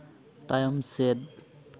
ᱛᱟᱭᱚᱢ ᱥᱮᱫ